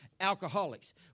alcoholics